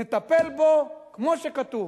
נטפל בו כמו שכתוב,